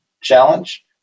challenge